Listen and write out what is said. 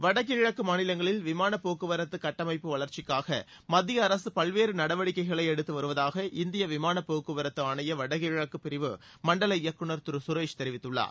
வடகிழக்குமாநிலங்களில் விமானபோக்குவரத்துகட்டமைப்பு வளர்ச்சிக்காகமத்திய அரசுபல்வேறுநடவடிக்கைகளைஎடுத்துவருவதாக இந்தியவிமானபோக்குவரத்துஆணையவடகிழக்குபிரிவு மண்டல இயக்குநர் திருகரேஷ் தெரிவித்துள்ளார்